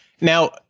Now